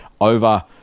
over